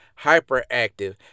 hyperactive